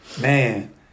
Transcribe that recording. man